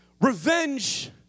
Revenge